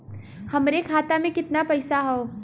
हमरे खाता में कितना पईसा हौ?